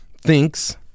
thinks